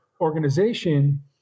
organization